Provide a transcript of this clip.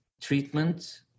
treatment